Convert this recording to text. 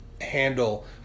handle